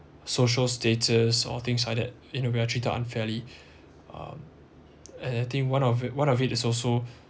social status or things like that you know we're treated unfairly um and I think one of it one of it is also